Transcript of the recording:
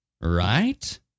Right